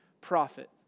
prophet